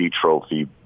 trophy